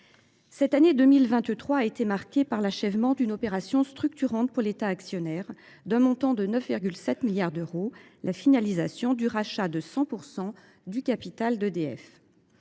L’année 2023 a été marquée par l’achèvement d’une opération structurante pour l’État actionnaire, d’un montant de 9,7 milliards d’euros : la finalisation du rachat de 100 % du capital d’EDF.